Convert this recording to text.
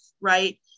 right